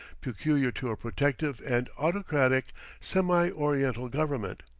peculiar to a protective and autocratic semi-oriental government.